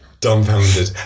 dumbfounded